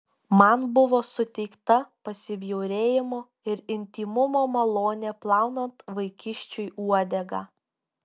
man buvo suteikta pasibjaurėjimo ir intymumo malonė plaunant vaikiščiui uodegą